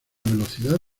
velocidad